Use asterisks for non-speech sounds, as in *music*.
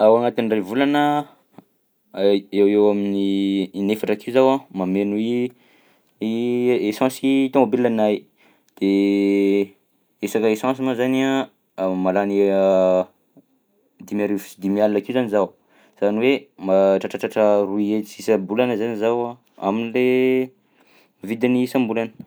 Ao anatin'ny iray volana *hesitation* eo ho eo amin'ny inefatra akeo zaho a mameno i i esansy tômôbilanahy de resaka esansy moa zany a mahalany *hesitation* dimy arivo sy dimy alina akeo zany zaho zany hoe mahatratratratra roa hetsy isam-bolana zany zaho a am'le vidiny isam-bolana.